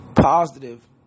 positive